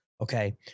Okay